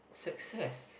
success